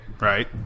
Right